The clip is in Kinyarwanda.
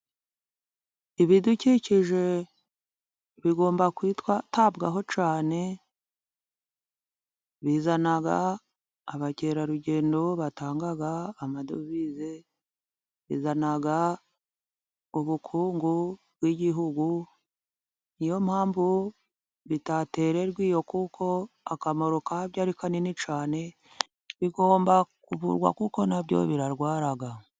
Ibidukikije bigomba kwitabwaho cyane, bizana abakerarugendo batanga amadovize, bizana ubukungu bw'Igihugu. Niyo mpamvu bitatererwa iyo, kuko akamaro kabyo ari kanini cyane, bigomba kuvurwa kuko na byo birarwara.